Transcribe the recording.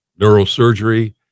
neurosurgery